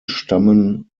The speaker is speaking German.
stammen